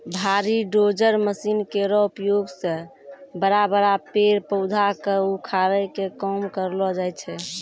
भारी dozer machine केरो उपयोग सें बड़ा बड़ा पेड़ पौधा क उखाड़े के काम करलो जाय छै